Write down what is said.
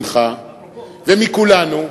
ממך ומכולנו,